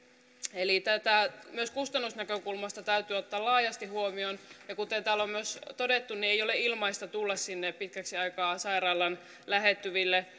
synnyttäjiä tätä täytyy myös kustannusnäkökulmasta ottaa laajasti huomioon ja kuten täällä on myös todettu ei ole ilmaista tulla sinne pitkäksi aikaa sairaalan lähettyville